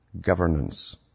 governance